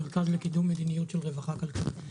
המרכז לקידום מדיניות של רווחה כלכלית.